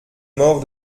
mort